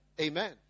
Amen